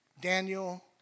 Daniel